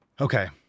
Okay